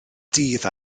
dydd